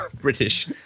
British